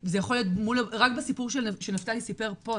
רק בסיפור שנפתלי סיפר פה,